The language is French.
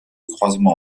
croisement